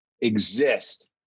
exist